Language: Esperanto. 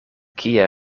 kie